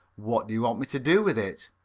what do you want me to do with it?